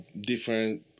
different